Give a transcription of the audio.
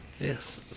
Yes